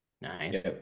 Nice